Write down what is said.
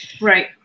right